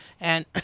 and-